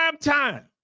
time